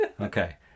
Okay